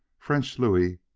french louis,